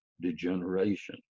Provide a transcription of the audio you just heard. degeneration